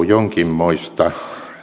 jonkinmoista